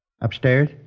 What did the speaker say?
Upstairs